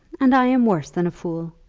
and i am worse than a fool.